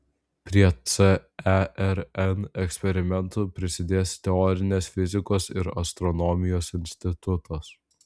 prie cern eksperimentų prisidės teorinės fizikos ir astronomijos institutas